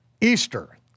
Easter